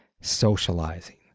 socializing